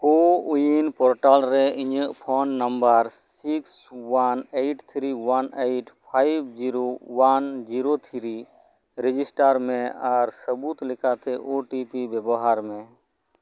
ᱠᱳ ᱩᱭᱤᱱ ᱯᱚᱴᱟᱞᱨᱮ ᱤᱧᱟᱹᱜ phone number six one eight three one eight five zero one zero three ᱨᱮᱡᱤᱥᱴᱟᱨᱢᱮ ᱟᱨ ᱥᱟᱹᱵᱩᱫ ᱞᱮᱠᱟᱛᱮ ᱳᱴᱤᱯᱤ ᱵᱮᱵᱚᱦᱟᱨᱢᱮ